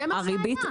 זה מה שהיה.